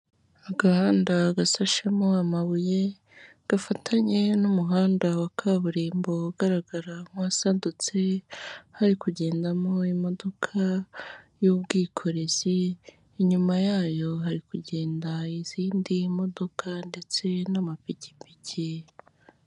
Agahanda gasashemo amabuye gafatanye n'umuhanda wa kaburimbo ugaragara nk'uwasadutse hari kugendamo imodoka y'ubwikorezi, inyuma yayo hari kugenda izindi modoka ndetse n'amapikipiki.